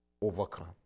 overcome